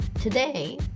Today